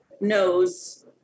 knows